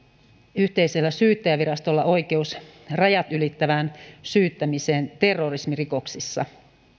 yhteisellä syyttäjävirastolla oikeus rajat ylittävään syyttämiseen terrorismirikoksissa